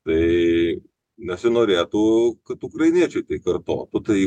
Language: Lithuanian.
tai nesinorėtų kad ukrainiečiai tai kartotų tai